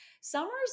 Summer's